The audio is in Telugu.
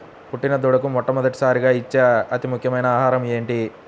పుట్టిన దూడకు మొట్టమొదటిసారిగా ఇచ్చే అతి ముఖ్యమైన ఆహారము ఏంటి?